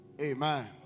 Amen